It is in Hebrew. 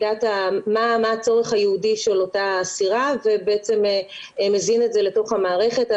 הצורך הייעודי של אותה אסירה ומזין לתוך המערכת.